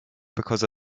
because